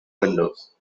windows